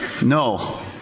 no